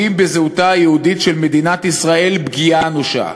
בזהותה היהודית של מדינת ישראל פגיעה אנושה,